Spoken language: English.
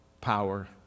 power